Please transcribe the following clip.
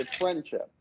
friendship